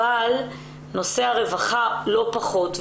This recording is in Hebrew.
אבל נושא הרווחה לא פחות.